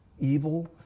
evil